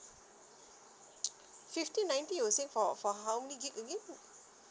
fifty ninety you were saying for for how many G_B again